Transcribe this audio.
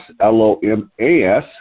L-O-M-A-S